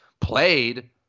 played